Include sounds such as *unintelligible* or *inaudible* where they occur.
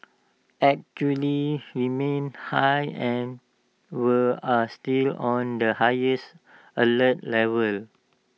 *unintelligible* remains high and we are still on the highest alert level